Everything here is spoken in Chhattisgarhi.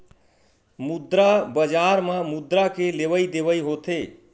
मुद्रा बजार म मुद्रा के लेवइ देवइ होथे